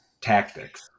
tactics